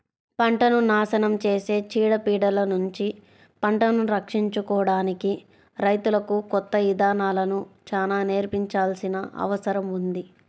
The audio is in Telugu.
పంటను నాశనం చేసే చీడ పీడలనుంచి పంటను రక్షించుకోడానికి రైతులకు కొత్త ఇదానాలను చానా నేర్పించాల్సిన అవసరం ఉంది